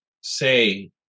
say